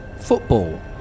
Football